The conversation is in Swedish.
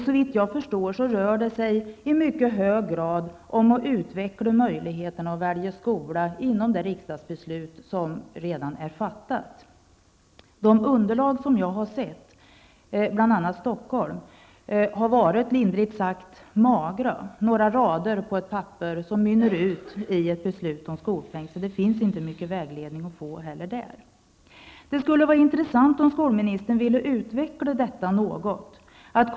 Såvitt jag förstår rör det sig i mycket hög grad om att utveckla möjligheterna att välja skola enligt det riksdagsbeslut som redan är fattat. Det underlag jag har sett bl.a. i Stockholm är lindrigt uttryckt magert. Det är bara några rader på ett papper som mynnar ut i ett beslut om skolpeng. Så där finns inte mycket vägledning att få. Det skulle vara intressant om skolministern ville utveckla detta något.